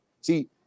See